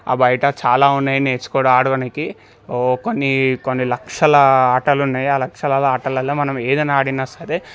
ఆ బయట చాలా ఉన్నాయి నేర్చుకోండి ఆడనీకి కొన్ని కొన్ని లక్షల ఆటలు ఉన్నాయి ఆ లక్షల్లో ఆటల్లో మనం ఏదైనా ఆడినా సరే